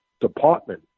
department